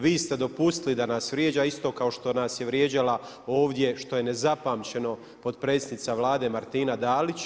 Vi ste dopustili da nas vrijeđa isto kao što nas je vrijeđala ovdje što je nezapamćeno potpredsjednica Vlade Martina Dalić.